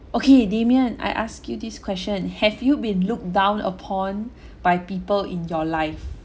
okay damian I ask you this question have you been looked down upon by people in your life